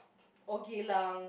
okay lah